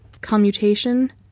Commutation